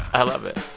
i love it.